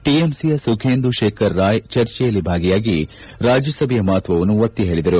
ಟಿಎಂಸಿಯ ಸುಖೇಂದು ಶೇಖರ್ ರಾಯ್ ಚರ್ಚೆಯಲ್ಲಿ ಭಾಗಿಯಾಗಿ ರಾಜ್ಯಸಭೆಯ ಮಹತ್ವವನ್ನು ಒತ್ತಿ ಹೇಳಿದರು